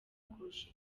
kurusha